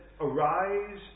arise